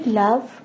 love